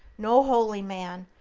no holy man,